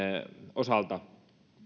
osalta